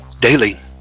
daily